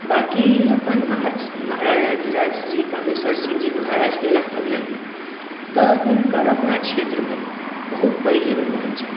बाकी अपन महाराज महाराजाधिराज श्री कामेश्वर सिंहजी लग अबियनि तऽ हुनकर अपना क्षेत्रमे बहुत पैघ योगदान छनि